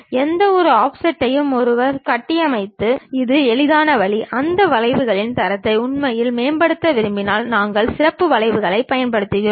எந்தவொரு ஆஃப்செட்டையும் ஒருவர் கட்டமைக்க இது எளிதான வழி அந்த வளைவின் தரத்தை உண்மையில் மேம்படுத்த விரும்பினால் நாங்கள் சிறப்பு வளைவுகளைப் பயன்படுத்துகிறோம்